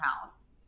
house